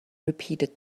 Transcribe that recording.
repeated